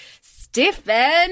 stiffen